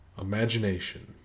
Imagination